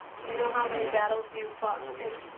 you know how many battles you fought in,